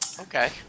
Okay